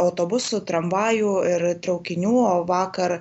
autobusų tramvajų ir traukinių o vakar